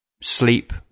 sleep